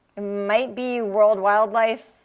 might be world wildlife.